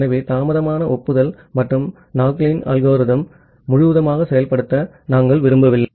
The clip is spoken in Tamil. ஆகவே தாமதமான ஒப்புதல் மற்றும் நாக்லின் அல்கோரிதம்Nagle's algorithm முழுவதுமாக செயல்படுத்த நாம் விரும்பவில்லை